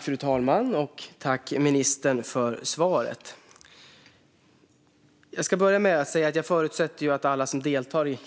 Fru talman! Jag tackar ministern för svaret. Jag förutsätter att alla som deltar i